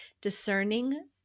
discerning